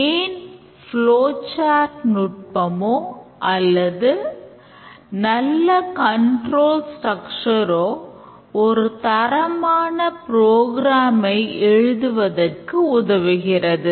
ஏன் flow chart ஐ எழுதுவதற்கு உதவுகிறது